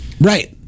Right